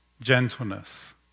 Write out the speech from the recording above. gentleness